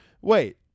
wait